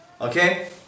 Okay